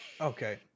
Okay